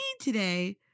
today